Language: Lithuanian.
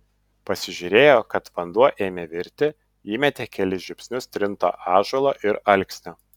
pasižiūrėjo kad vanduo ėmė virti įmetė kelis žiupsnius trinto ąžuolo ir alksnio